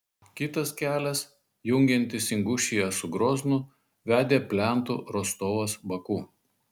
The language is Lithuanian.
kitas kelias jungiantis ingušiją su groznu vedė plentu rostovas baku